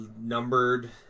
numbered